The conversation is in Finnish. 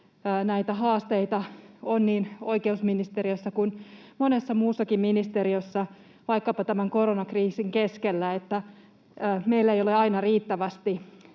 Näitä haasteita on niin oikeusministeriössä kuin monessa muussakin ministeriössä. Vaikkapa tämän koronakriisin keskellä meillä ei ole aina riittävästi